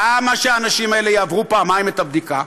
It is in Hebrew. למה שהאנשים האלה יעברו פעמיים את הבדיקה?